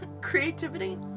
Creativity